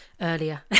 earlier